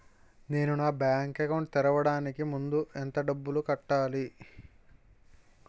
నేను నా bank account తెరవడానికి ముందు ఎంత డబ్బులు కట్టాలి?